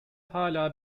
hala